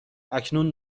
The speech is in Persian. اکنون